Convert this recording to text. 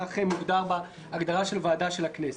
כך מוגדר בהגדרה של ועדה של הכנסת.